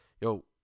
yo